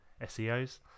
SEOs